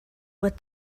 with